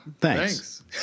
Thanks